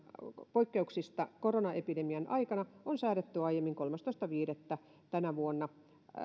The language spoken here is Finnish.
poikkeuksista koronaepidemian aikana on säädetty aiemmin kolmastoista viidettä kaksituhattakaksikymmentä